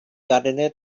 gardener